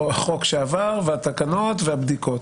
החוק שעבר, התקנות והבדיקות.